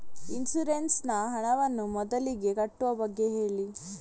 insurance ನ ಹಣವನ್ನು ಮೊದಲಿಗೆ ಕಟ್ಟುವ ಬಗ್ಗೆ ಹೇಳಿ